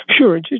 Sure